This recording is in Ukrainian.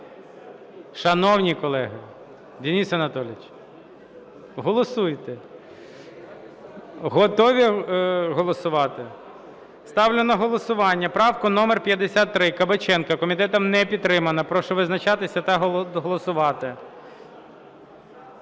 Шановні колеги, Денис Анатолійович, голосуйте. Готові голосувати? Ставлю на голосування правку номер 53 Кабаченка. Комітетом не підтримана. Прошу визначатися та голосувати.